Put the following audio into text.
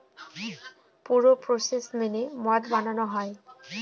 পুরো প্রসেস মেনে মদ বানানো হয়